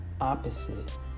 opposite